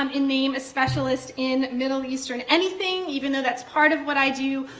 um in name a specialist in middle eastern anything, even though that's part of what i do.